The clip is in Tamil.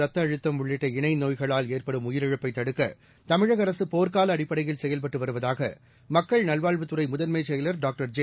ரத்த அழுத்தம் உள்ளிட்ட இணை நோய்களால் ஏற்படும் உயிரிழப்பை தடுக்க தமிழக அரசு போர்க்கால அடிப்படையில் செயல்பட்டு வருவதாக மக்கள் நல்வாழ்வுத்துறை முதன்மைச் செயலர் டாக்டர் ஜெ